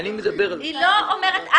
לא צריך להראות שהוא צריך להראות.